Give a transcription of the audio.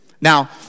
Now